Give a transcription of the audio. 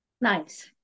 Nice